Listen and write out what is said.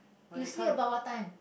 you sleep about what time